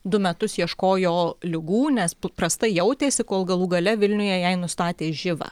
du metus ieškojo ligų nes prastai jautėsi kol galų gale vilniuje jai nustatė živą